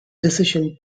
decision